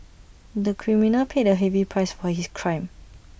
the criminal paid A heavy price for his crime